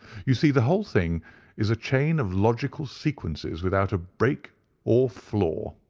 you see the whole thing is a chain of logical sequences without a break or flaw.